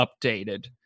updated